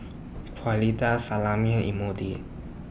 Salami and Imoni